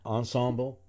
ensemble